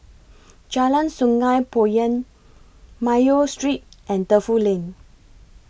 Jalan Sungei Poyan Mayo Street and Defu Lane